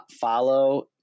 follow